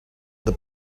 the